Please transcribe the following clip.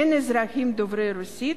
הן אזרחים דוברי רוסית